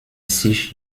sich